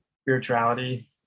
spirituality